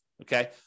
okay